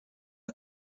een